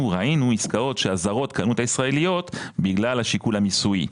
וראינו עסקאות שהזרות קנו את הישראליות בגלל השיקול המיסויי.